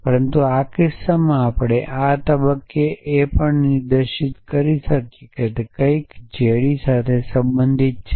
પરંતુ આ કિસ્સામાં આપણે આ તબક્કે પણ નિર્દિષ્ટ કરી શકે છે કે તે કંઈક જે ડી સાથે સંબંધિત છે